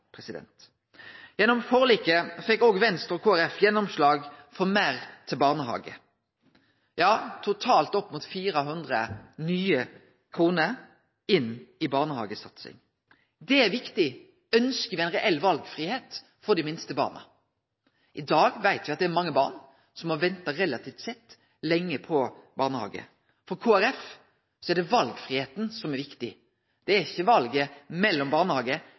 Gjennom forliket fekk òg Venstre og Kristeleg Folkeparti gjennomslag for meir til barnehage, ja totalt opp mot 400 millionar nye kroner inn i barnehagesatsing. Det er viktig, om me ønskjer ein reell valfridom for dei minste barna. I dag veit me at det er mange barn som har venta, relativt sett, lenge på barnehageplass. For Kristeleg Folkeparti er det valfridomen som er viktig. Det er ikkje valet mellom barnehage